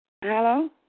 Hello